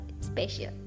special